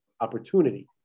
opportunity